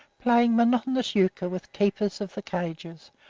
playing monotonous euchre with keepers of the cages,